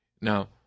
Now